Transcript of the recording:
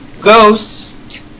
Ghost